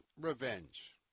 revenge